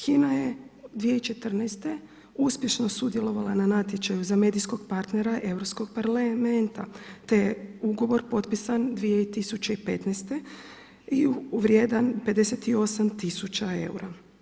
HINA je 2014. uspješno sudjelovala na natječaju za medijskog partnera Europskog parlamenta te je ugovor potpisan 2015. i vrijedan 58 tisuća eura.